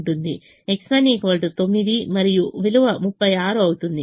X1 9 మరియు విలువ 36 అవుతుంది